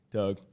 doug